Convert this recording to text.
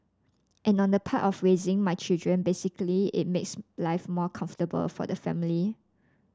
and on the part of raising my children basically it makes life more comfortable for the family